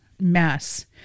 mess